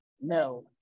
no